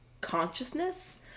consciousness